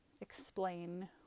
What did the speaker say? explain